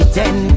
ten